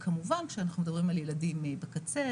כמובן שכשאנחנו מדברים על ילדים בקצה,